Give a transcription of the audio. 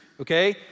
okay